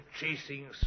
chasing